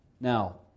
Now